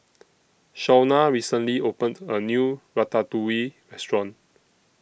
Shaunna recently opened A New Ratatouille Restaurant